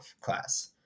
class